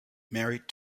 married